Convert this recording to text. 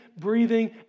breathing